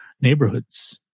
neighborhoods